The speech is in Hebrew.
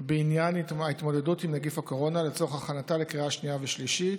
בעניין ההתמודדות עם נגיף הקורונה לצורך הכנתה לקריאה שנייה ושלישית.